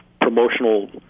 promotional